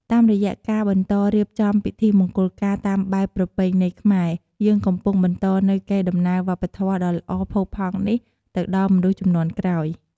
តាមរយៈការបន្តរៀបចំពិធីមង្គលការតាមបែបប្រពៃណីខ្មែរ យើងកំពុងបន្តនូវកេរដំណែលវប្បធម៌ដ៏ល្អផូរផង់នេះទៅដល់មនុស្សជំនាន់ក្រោយ។